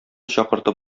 чакыртып